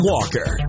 Walker